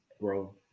bro